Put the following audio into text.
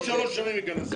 רק בעוד שלוש שנים יכנס הכסף.